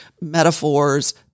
metaphors